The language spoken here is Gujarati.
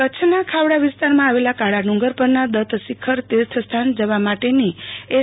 ટી કચ્છના ખાવડા વિસ્તારમાં આવેલ કાળા ડુંગર પરના દત્તશિખર તીર્થસ્થાન જવા માટેની એસ